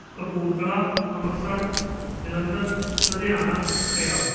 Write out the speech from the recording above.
Kapurthala Amritsar Jalandhar Ludhiana Patiala